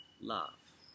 love